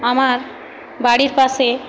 আমার বাড়ির পাশে